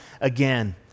again